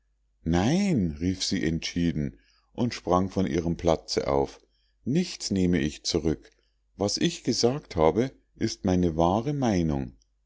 nein rief sie entschieden und sprang von ihrem platze auf nichts nehme ich zurück was ich gesagt habe ist meine wahre meinung